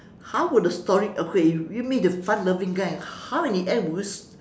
how would the story okay give me the fun loving guy how in end would you